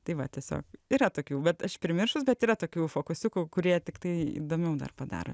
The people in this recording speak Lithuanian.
tai va tiesiog yra tokių bet aš primiršus bet yra tokių fokusiukų kurie tiktai įdomiau dar padaro